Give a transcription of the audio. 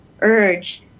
urge